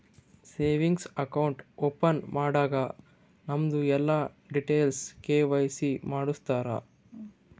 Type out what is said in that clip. savings account open ಮಾಡಾಗ್ ನಮ್ದು ಎಲ್ಲಾ ಡೀಟೇಲ್ಸ್ ಕೆ.ವೈ.ಸಿ ಮಾಡುಸ್ತಾರ್